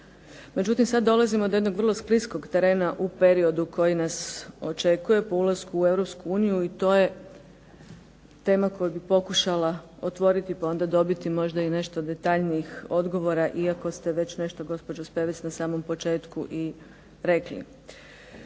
Međutim, sad dolazimo do jednog vrlo skliskog terena u periodu koji nas očekuje po ulasku u EU i to je tema koju bih pokušala otvoriti pa onda dobiti možda i nešto detaljnijih odgovora iako ste već nešto gospođo Spevec na samom početku i rekli.